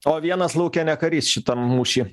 o vienas lauke ne karys šitam mūšyj